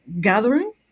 gathering